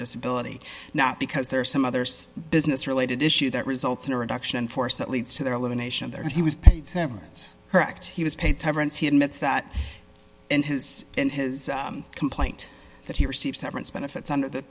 disability not because there are some others business related issue that results in a reduction in force that leads to their living nation there he was paid severance correct he was paid severance he admits that in his in his complaint that he received severance benefits under